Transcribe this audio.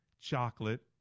chocolate